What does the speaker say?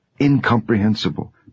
incomprehensible